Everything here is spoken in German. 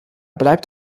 bleibt